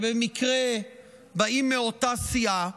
שבמקרה באים מאותה סיעה,